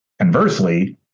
Conversely